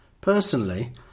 Personally